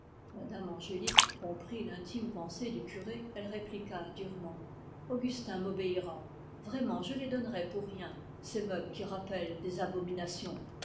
mme angélique comprit l'intime pensée du curé elle réplique durement augustin m'obéira vraiment je les donnerais pour rien ces meubles qui rappellent des abominations